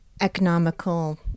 economical